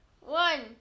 One